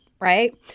right